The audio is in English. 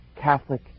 Catholic